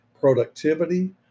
productivity